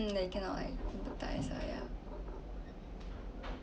mm you cannot like empathise ya